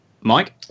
Mike